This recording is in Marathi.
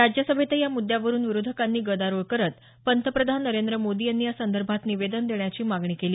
राज्यसभेतही या मुद्यावरुन विरोधकांनी गदारोळ करत पंतप्रधान नरेंद्र मोदी यांनी यासंदर्भात निवेदन देण्याची मागणी केली